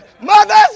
Mothers